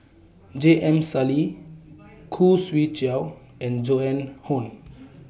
J M Sali Khoo Swee Chiow and Joan Hon